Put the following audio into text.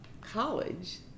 college